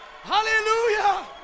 Hallelujah